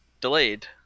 delayed